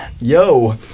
yo